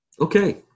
Okay